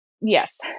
Yes